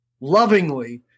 lovingly